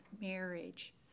marriage